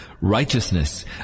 Righteousness